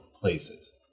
places